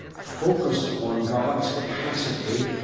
ah focused on god's capacity